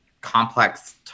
complex